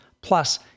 Plus